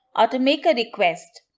or to make a request,